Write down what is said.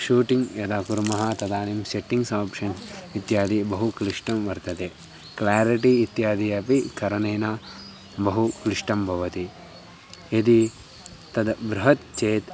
shooting यदा कुर्मः तदानीं शेटिङ्ग्स् आप्शन् इत्यादि बहु क्लिष्टं वर्तते क्लेरिटि इत्यादि अपि करणेन बहु क्लिष्टं भवति यदि तद् बृहत् चेत्